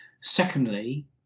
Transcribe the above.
Secondly